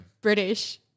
British